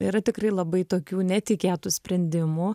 yra tikrai labai tokių netikėtų sprendimų